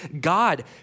God